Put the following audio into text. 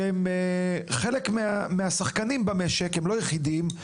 שהם רק חלק מהשחקנים במשק; לא היחידים,